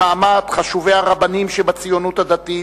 במעמד חשובי הרבנים שבציונות הדתית,